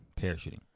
Parachuting